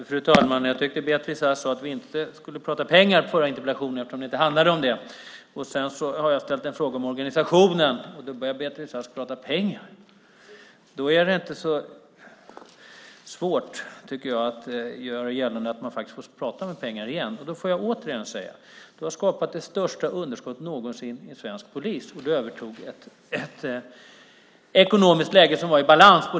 Fru talman! Jag tyckte att Beatrice Ask sade att vi inte skulle prata pengar i den förra interpellationsdebatten eftersom den inte handlade om det. Nu har jag ställt en fråga om organisationen och då börjar Beatrice Ask prata pengar. Då är det inte så svårt att göra gällande att man får prata om pengar. Jag säger det igen: Du har skapat det största underskottet någonsin inom svensk polis. Du övertog ett ekonomiskt läge som var i balans.